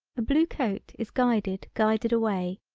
a blue coat is guided guided away,